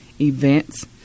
events